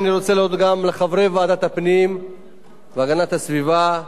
אני רוצה להודות גם לחברי ועדת הפנים והגנת הסביבה,